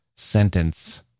Sentence